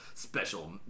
special